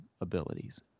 abilities